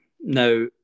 Now